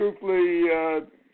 truthfully